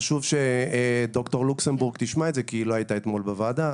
חשוב שד"ר לוקסנבורג תשמע את זה כי היא לא הייתה אתמול בוועדה.